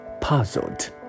puzzled